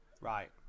Right